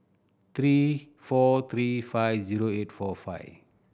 three four three five zero eight four five